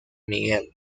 miguel